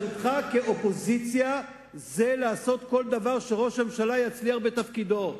ובאחריותך כאופוזיציה לעשות כל דבר כדי שראש הממשלה יצליח בתפקידו,